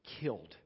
killed